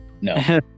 No